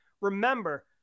remember